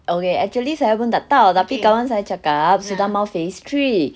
okay actually saya pun tak tahu tapi kawan saya cakap sudah mahu phase three